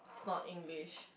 not English